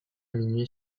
minuit